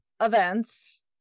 events